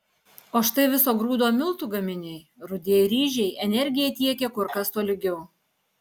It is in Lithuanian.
o štai viso grūdo miltų gaminiai rudieji ryžiai energiją tiekia kur kas tolygiau